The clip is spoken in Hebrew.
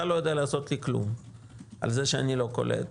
לא יודע לעשות לי כלום על זה שאני לא קולט,